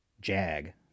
jag